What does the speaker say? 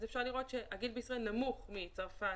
אפשר לראות שהגיל בישראל נמוך מצרפת,